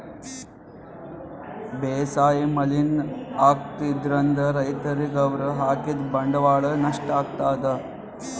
ಬೇಸಾಯ್ ಮಲಿನ್ ಆಗ್ತದ್ರಿನ್ದ್ ರೈತರಿಗ್ ಅವ್ರ್ ಹಾಕಿದ್ ಬಂಡವಾಳ್ ನಷ್ಟ್ ಆಗ್ತದಾ